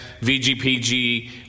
VGPG